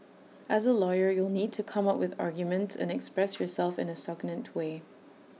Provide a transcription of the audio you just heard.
as A lawyer you'll need to come up with arguments and express yourself in A succinct way